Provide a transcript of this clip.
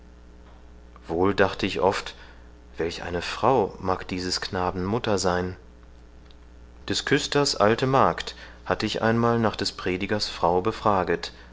wohl dachte ich oft welch eine frau mag dieses knaben mutter sein des küsters alte magd hatte ich einmal nach des predigers frau befraget